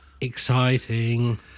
Exciting